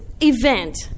event